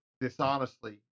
dishonestly